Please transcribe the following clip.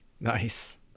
Nice